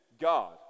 god